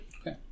Okay